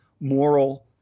moral